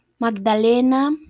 Magdalena